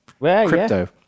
crypto